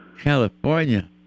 California